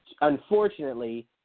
unfortunately